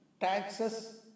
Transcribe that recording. Taxes